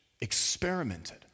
experimented